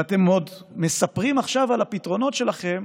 ואתם עוד מספרים עכשיו על הפתרונות שלכם